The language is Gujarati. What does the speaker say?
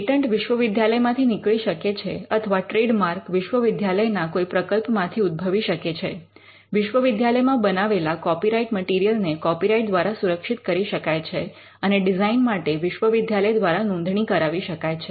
પેટન્ટ વિશ્વવિદ્યાલયમાંથી નીકળી શકે છે અથવા ટ્રેડમાર્ક વિશ્વવિદ્યાલયના કોઈ પ્રકલ્પમાંથી ઉદ્ભવી શકે છે વિશ્વવિદ્યાલયમાં બનાવેલા કૉપીરાઇટ્ મટીરીયલ ને કૉપીરાઇટ્ દ્વારા સુરક્ષિત કરી શકાય છે અને ડિઝાઇન માટે વિશ્વવિદ્યાલય દ્વારા નોંધણી કરાવી શકાય છે